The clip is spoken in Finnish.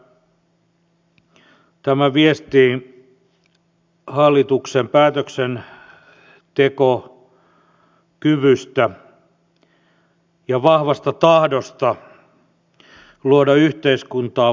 yhtäältä tämä viestii hallituksen päätöksentekokyvystä ja vahvasta tahdosta luoda yhteiskuntaan vakautta niukkuuden aikana